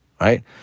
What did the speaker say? right